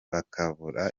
bakabura